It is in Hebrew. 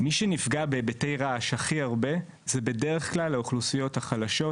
מי שנפגע בהיבטי רעש הכי הרבה זה בדרך כלל האוכלוסיות החלשות,